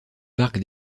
parc